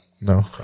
No